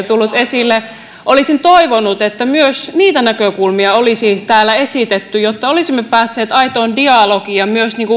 tullut esille olisin toivonut että myös niitä näkökulmia olisi täällä esitetty jotta olisimme päässeet aitoon dialogiin ja myös